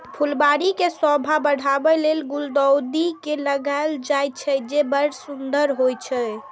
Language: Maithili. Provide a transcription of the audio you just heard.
फुलबाड़ी के शोभा बढ़ाबै लेल गुलदाउदी के लगायल जाइ छै, जे बड़ सुंदर होइ छै